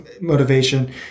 motivation